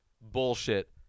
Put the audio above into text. bullshit